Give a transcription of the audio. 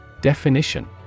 Definition